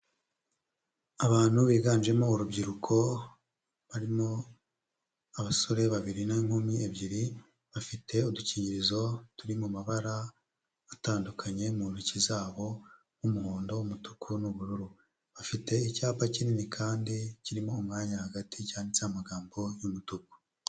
Abantu biganjemo urubyiruko barimo abasore babiri n'inkumi ebyiri, bafite udukingirizo turi mu mabara atandukanye mu ntoki zabo, nk'umuhondo, umutuku n'ubururu, bafite icyapa kinini kandi, kirimo umwanya hagati cyanditse amagambo y'umutuku.